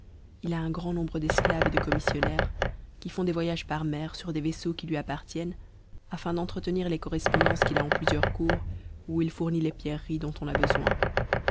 il a un grand nombre d'esclaves et de commissionnaires qui font des voyages par mer sur des vaisseaux qui lui appartiennent afin d'entretenir les correspondances qu'il a en plusieurs cours où il fournit les pierreries dont on a besoin